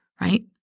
right